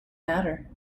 matter